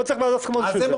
לא צריך ועדת הסכמות בשביל זה.